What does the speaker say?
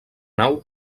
nau